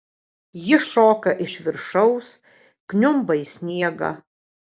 ji šoka iš viršaus kniumba į sniegą